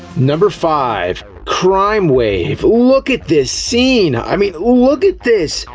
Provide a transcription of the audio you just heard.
number five crime wave, look at this scene! i mean, look at this!